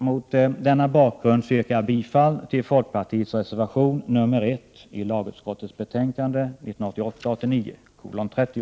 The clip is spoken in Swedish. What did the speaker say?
Mot denna bakgrund yrkar jag bifall till folkpartiets reservation nr 1 i lagutskottets betänkande 1988/89:LU30.